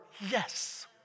yes